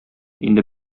инде